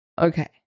Okay